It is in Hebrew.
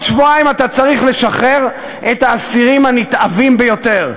בעוד שבועיים אתה צריך לשחרר את האסירים הנתעבים ביותר,